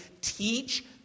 teach